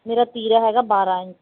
ਮੇਰਾ ਤੀਰਾ ਹੈਗਾ ਬਾਰਾਂ ਇੰਚ